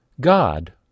God